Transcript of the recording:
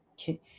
Okay